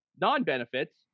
non-benefits